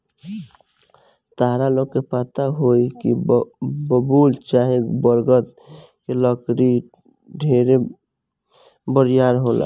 ताहरा लोग के पता होई की बबूल चाहे बरगद के लकड़ी ढेरे बरियार होला